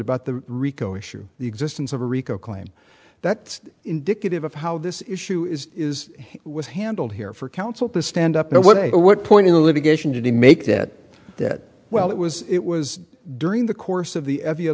about the rico issue the existence of a rico claim that's indicative of how this issue is is was handled here for counsel to stand up to what what point in the litigation did he make that that well it was it was during the course of the